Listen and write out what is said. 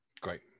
Great